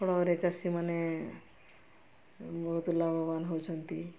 ଫଳରେ ଚାଷୀମାନେ ବହୁତ ଲାଭବାନ ହଉଛନ୍ତି